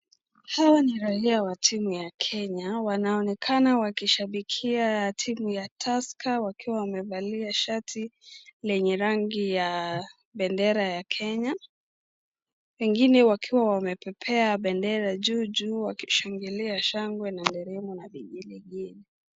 Hawa ni raia wa timu ya kenya wanaonekana wakishabikia timu ya Tusker wakiwa wamevalia shati lenye rangi ya bendera ya kenya wengine wakiwa wamepepea bendera juu juu wakishangilia shangwe na nderemo na vigelegele.